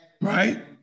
right